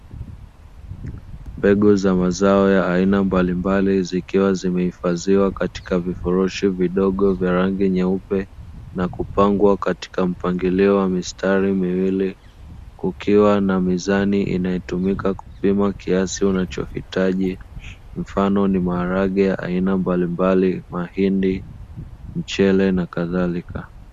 Mbegu za mazao ya aina mbalimbali zikiwa zimehifadhiwa katika vifurushi vidogo vya rangi nyeupe na kupangwa katika mpangilio wa mistari miwili kukiwa na mizani inayotumika kupima kiasi uchohitaji mfano ni maharage ya aina mbalimbali, mahindi, mchele na kadhalika.